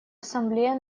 ассамблея